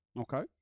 Okay